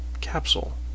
capsule